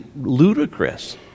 ludicrous